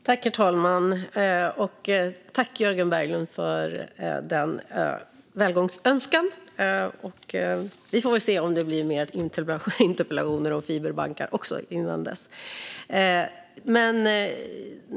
Herr talman! Jag tackar Jörgen Berglund för denna välgångsönskan. Vi får väl se om det blir fler interpellationsdebatter om fiberbankar innan dess.